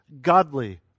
godly